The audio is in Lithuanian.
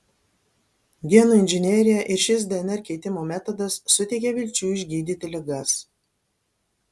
genų inžinerija ir šis dnr keitimo metodas suteikia vilčių išgydyti ligas